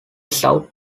south